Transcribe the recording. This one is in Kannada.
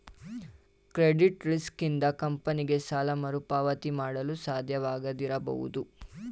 ಕ್ರೆಡಿಟ್ ರಿಸ್ಕ್ ಇಂದ ಕಂಪನಿಗೆ ಸಾಲ ಮರುಪಾವತಿ ಮಾಡಲು ಸಾಧ್ಯವಾಗದಿರಬಹುದು